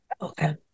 Okay